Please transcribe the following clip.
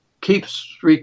keeps